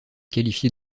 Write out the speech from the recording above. qualifiée